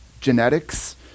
genetics